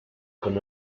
con